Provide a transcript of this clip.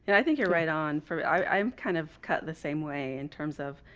and i think you're right on for i'm kind of cut the same way in terms of,